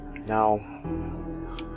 Now